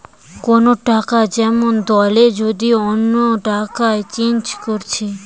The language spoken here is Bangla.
কোন টাকা যেমন দলের যদি অন্য টাকায় চেঞ্জ করতিছে